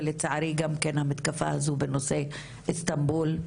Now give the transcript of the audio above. ולצערי גם המתקפה הזו בנושא איסטנבול.